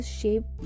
shape